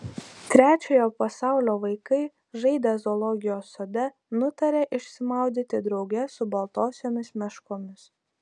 trečiojo pasaulio vaikai žaidę zoologijos sode nutarė išsimaudyti drauge su baltosiomis meškomis